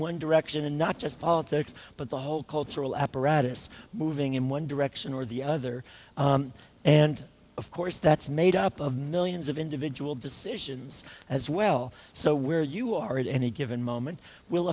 one direction and not just politics but the whole cultural apparatus moving in one direction or the other and of course that's made up of millions of individual decisions as well so where you are at any given moment will